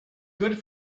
good